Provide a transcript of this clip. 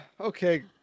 Okay